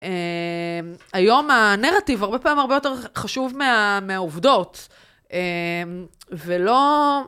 היום הנרטיב הרבה פעמים הרבה יותר חשוב מהעובדות ולא...